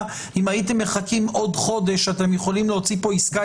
ואם הייתם מחכים עוד חודש אתם יכולים להוציא כאן עסקה